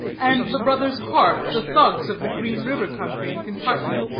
and the brothers harpe, the thugs of the green river country, in kentucky